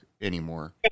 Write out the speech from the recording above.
anymore